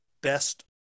best